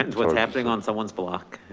what and happening on someone's block.